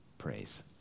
praise